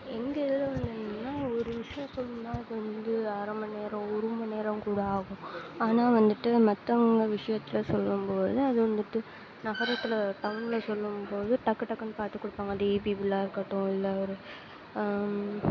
எங்கள் இதில் வந்துன்னா ஒரு விஷயம் சொல்லணும்னா அதுவந்து அரமணி நேரம் ஒருமணி நேரம் கூட ஆகும் ஆனால் வந்துவிட்டு மற்றவங்க விஷயத்துல சொல்லும் போது அது வந்துவிட்டு நகரத்தில் டவுனில் சொல்லும் போது டக்கு டக்குனு காட்டிக் கொடுப்பாங்க அந்த இபி பில்லாக இருக்கட்டும் இல்லை ஒரு